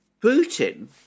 Putin